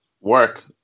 work